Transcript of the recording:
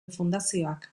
fundazioak